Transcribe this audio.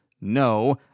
No